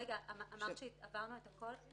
אמרת שעברנו את הכול?